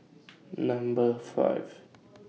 Number five